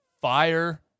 fire